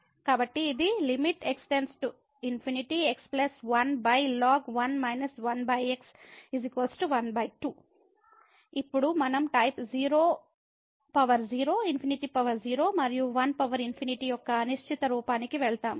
కాబట్టి ఇది x ∞ x 1ln 12 ఇప్పుడు మనం టైపు 00 ∞0 మరియు 1∞ యొక్క అనిశ్చిత రూపానికి వెళ్తాము